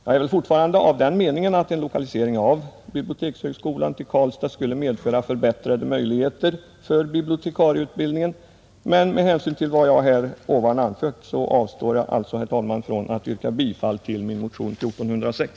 Jag är fortfarande av den meningen att en lokalisering av bibliotekshögskolan till Karlstad skulle medföra förbättrade möjligheter för bibliotekarieutbildningen, men med hänsyn till vad jag anfört avstår jag alltså, herr talman, från att yrka bifall till min motion 1406.